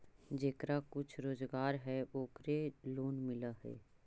जेकरा कुछ रोजगार है ओकरे लोन मिल है?